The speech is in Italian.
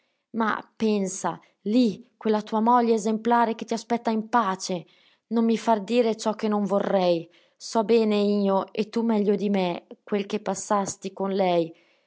ma pensa lì quella tua moglie esemplare che ti aspetta in pace non mi far dire ciò che non vorrei so bene io e tu meglio di me quel che passasti con lei